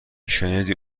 شنیدی